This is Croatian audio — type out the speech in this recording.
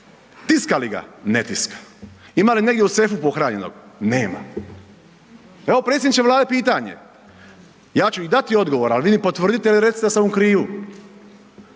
Tiska li ga? Ne tiska. Ima li negdje u sefu pohranjenog? Nema. Evo predsjedniče Vlade, pitanje. Ja ću i dati odgovor ali vi potvrdite ili recite da sam u krivu.